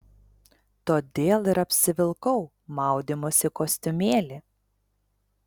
todėl ir apsivilkau maudymosi kostiumėlį